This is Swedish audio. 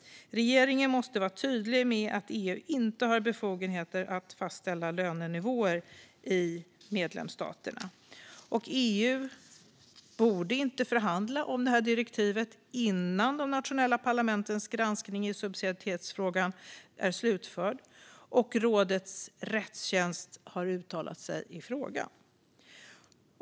Regeringen måste vara tydlig med att EU inte har befogenheter att fastställa lönenivåer i medlemsstaterna. EU borde inte förhandla om direktivet innan de nationella parlamentens granskning i subsidiaritetsfrågan är slutförd och rådets rättstjänst har uttalat sig i frågan.